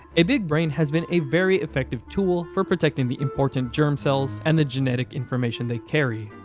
a big brain has been a very effective tool for protecting the important germ cells and the genetic information they carry.